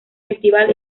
festival